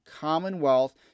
commonwealth